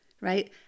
right